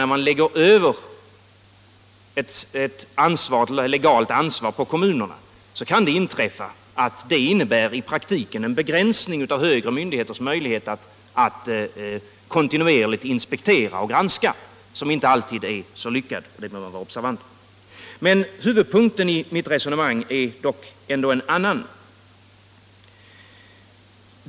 När man lägger över ett legalt ansvar på kommunerna kan det i praktiken innebära en begränsning av högre myndigheters möjlighet att kontinuerligt inspektera och granska som inte alltid är så lyckad, och det bör man observera. Huvudpunkten i mitt resonemang är dock en annan.